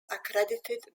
accredited